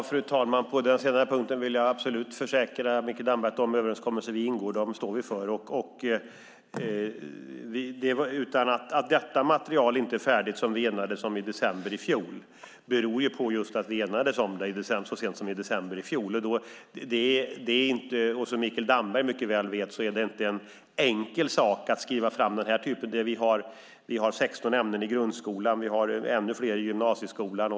Fru talman! På den senare punkten vill jag försäkra Mikael Damberg att de överenskommelser vi ingår står vi för. Att detta material som vi enades om i december i fjol inte är färdigt beror just på att vi enades om det så sent som i december förra året. Som Mikael Damberg mycket väl vet är det inte en enkel sak att ta fram detta. Vi har 16 ämnen i grundskolan och ännu fler i gymnasieskolan.